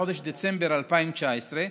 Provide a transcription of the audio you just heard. בחודש דצמבר 2019,